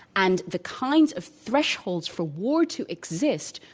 and the kinds of thresholds for war to exist,